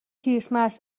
کریسمس